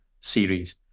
series